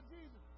Jesus